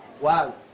Wow